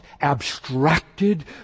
abstracted